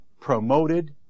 promoted